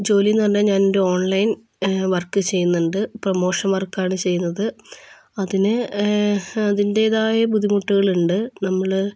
ജോലിയെന്നു പറഞ്ഞാൽ ഞാനെന്റെ online work ചെയ്യുന്നുണ്ട് പ്രൊമോഷൻ വർക്കാണ് ചെയ്യുന്നത് അതിന് അതിന്റേതായ ബുദ്ധിമുട്ടുകളുണ്ട് നമ്മൾ